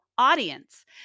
audience